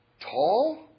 tall